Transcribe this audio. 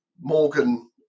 Morgan